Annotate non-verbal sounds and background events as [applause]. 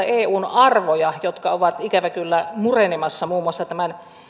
[unintelligible] eun arvoja jotka ovat ikävä kyllä murenemassa muun muassa tämän